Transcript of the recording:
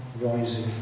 rising